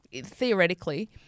theoretically